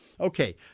Okay